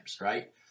right